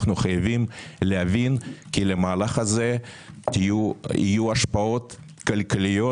אנחנו חייבים להבין שלמהלך הזה יהיו השפעות כלכליות